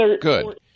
good